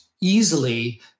easily